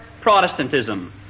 Protestantism